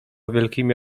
wielkimi